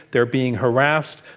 they're being harassed.